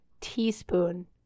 teaspoon